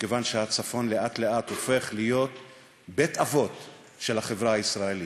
מכיוון שהצפון לאט-לאט הופך להיות בית-אבות של החברה הישראלית.